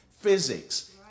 Physics